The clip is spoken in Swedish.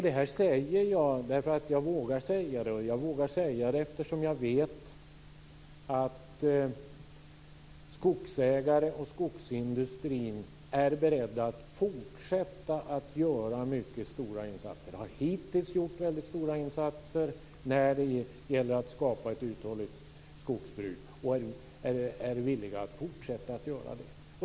Det här säger jag därför att jag vågar säga det, och det vågar jag säga eftersom jag vet att skogsägare och skogsindustri är beredda att fortsätta att göra mycket stora insatser. De har hittills gjort väldigt stora insatser när det gäller att skapa ett uthålligt skogsbruk, och de är villiga att fortsätta att göra det.